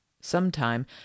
Sometime